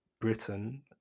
Britain